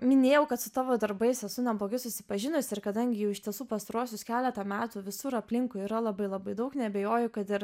minėjau kad su tavo darbais esu neblogai susipažinus ir kadangi jau iš tiesų pastaruosius keletą metų visur aplinkui yra labai labai daug neabejoju kad ir